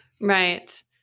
Right